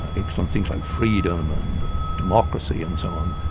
and excellent things like freedom and democracy and so on,